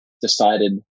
decided